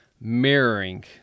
mirroring